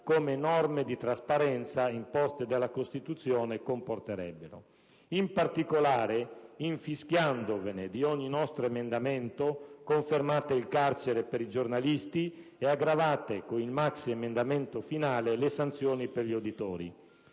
come norme di trasparenza imposte dalla Costituzione vorrebbero. In particolare, infischiandovene di ogni nostro emendamento, confermate il carcere per i giornalisti e aggravate, con il maxiemendamento finale, le sanzioni per gli editori,